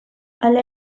hala